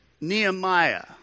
Nehemiah